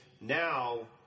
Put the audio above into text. Now